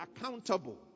accountable